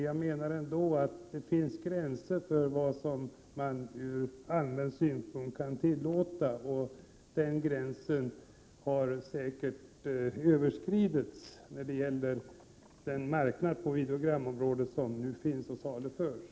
Jag menar ändå att det finns gränser för vad som kan tillåtas ur allmän synpunkt. Den gränsen har säkert överskridits när det gäller de videogram som nu saluförs på marknaden.